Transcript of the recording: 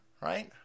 right